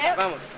vamos